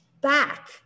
back